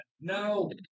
No